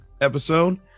episode